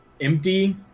empty